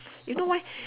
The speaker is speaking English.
you know why